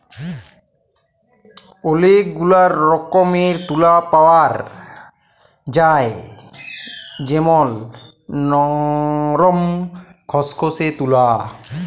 ওলেক গুলা রকমের তুলা পাওয়া যায় যেমল লরম, খসখসে তুলা